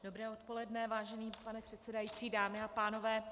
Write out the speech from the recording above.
Dobré odpoledne, vážený pane předsedající, dámy a pánové.